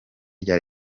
rya